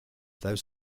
though